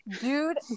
dude